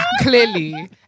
Clearly